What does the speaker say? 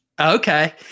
Okay